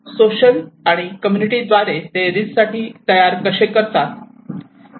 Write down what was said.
social आणि community द्वारे ते रिस्कसाठी तयार कसे करतात